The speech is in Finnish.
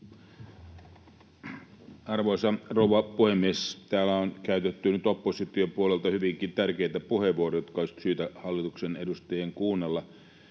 Arvoisa rouva puhemies! Täällä on käytetty nyt opposition puolelta hyvinkin tärkeitä puheenvuoroja, jotka olisi syytä hallituksen edustajien kuunnella.